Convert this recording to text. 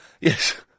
Yes